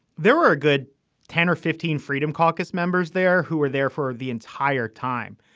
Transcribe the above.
there were a good ten or fifteen freedom caucus members there who were there for the entire time.